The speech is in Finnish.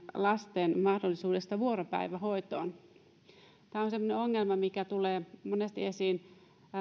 lasten mahdollisuudesta vuoropäivähoitoon tämä on semmoinen ongelma mikä tulee monesti esiin